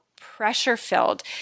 pressure-filled